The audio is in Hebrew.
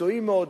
מקצועי מאוד,